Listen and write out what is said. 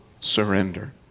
Surrender